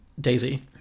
Daisy